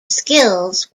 skills